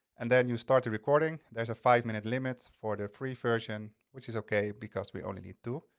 and then you start the recording. there's a five minute limits for the free version which is okay because we only need two.